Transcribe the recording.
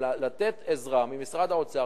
לתת עזרה ממשרד האוצר,